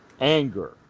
anger